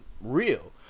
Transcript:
real